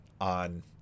on